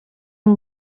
amb